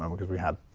um because we had